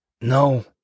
No